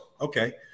Okay